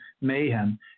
mayhem